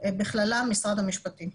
בכללם משרד המשפטים.